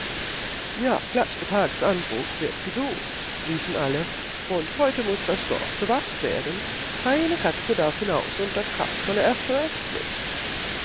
ja gleich bei tagesanbruch wird gesucht riefen alle und heute muß das dorf bewacht werden keine katze darf hinaus und das kasperle erst recht nicht